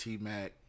T-Mac